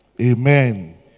Amen